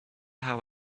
how